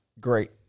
great